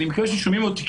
אני מקווה ששומעים אותי,